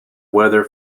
weather